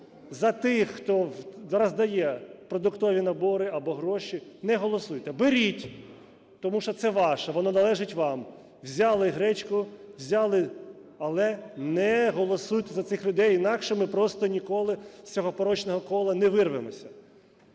за тих, хто роздає продуктові набори або гроші, не голосуйте. Беріть, тому що це ваше, воно належить вам. Взяли гречку, взяли… але не голосуйте за цих людей, інакше ми просто ніколи з цього порочного кола не вирвемося.